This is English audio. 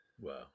Wow